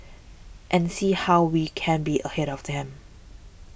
and see how we can be ahead of them